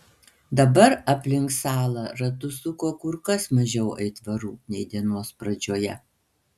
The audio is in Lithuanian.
dabar aplink salą ratus suko kur kas mažiau aitvarų nei dienos pradžioje